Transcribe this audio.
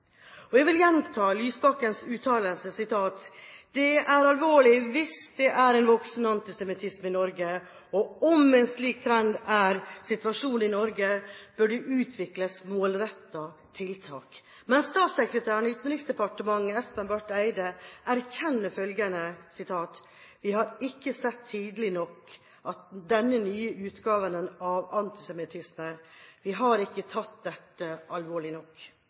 endring. Jeg vil gjenta Lysbakkens uttalelse om at «det er alvorlig hvis det er en voksende antisemittisme i Norge», Og: «Om en slik trend er situasjonen i Norge bør det utvikles målrettede tiltak.» Men statssekretæren i Utenriksdepartementet, Espen Barth Eide, erkjenner følgende: «Vi har ikke sett tidlig nok denne «nye» utgaven av antisemittisme. Vi har ikke tatt dette alvorlig nok.»